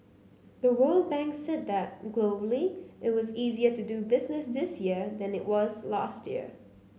the World Bank said that globally it was easier to do business this year than it was last year